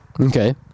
Okay